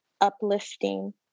uplifting